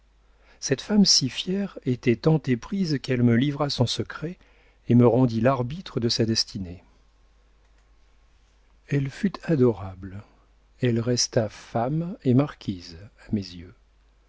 cette femme si fière était tant éprise qu'elle me livra son secret et me rendit l'arbitre de sa destinée elle fut adorable elle resta femme et marquise à mes yeux